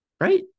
Right